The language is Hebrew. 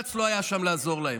בג"ץ לא היה שם לעזור להם.